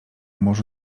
morzu